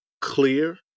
clear